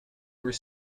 were